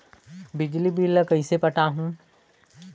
बिजली बिल ल कइसे पटाहूं?